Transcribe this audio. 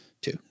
two